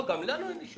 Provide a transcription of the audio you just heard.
גם לנו אין אישי.